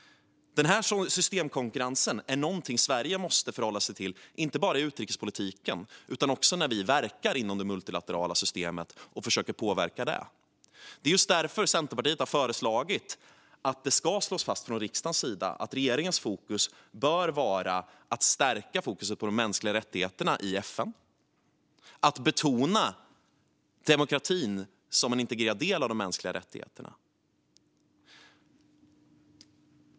Denna systemkonkurrens är någonting som Sverige måste förhålla sig till, inte bara i utrikespolitiken utan också när vi verkar inom det multilaterala systemet och försöker påverka det. Det är just därför som Centerpartiet har föreslagit att det ska slås fast från riksdagens sida att regeringens fokus bör vara att stärka fokus på de mänskliga rättigheterna i FN och att betona demokratin som en integrerad del av de mänskliga rättigheterna.